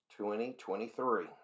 2023